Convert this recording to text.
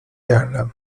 gall